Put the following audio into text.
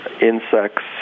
insects